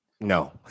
No